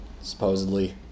Supposedly